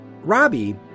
Robbie